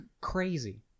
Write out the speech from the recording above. crazy